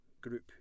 group